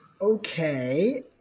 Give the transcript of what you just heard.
okay